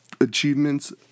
achievements